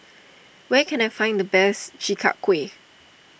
where can I find the best Chi Kak Kuih